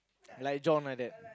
like John like that